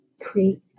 create